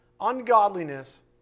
ungodliness